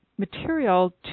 material